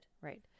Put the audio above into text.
right